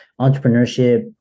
entrepreneurship